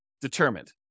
determined